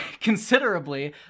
considerably